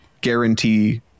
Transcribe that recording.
guarantee